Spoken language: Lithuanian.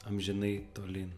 amžinai tolyn